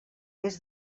est